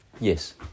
Yes